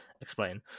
explain